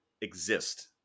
exist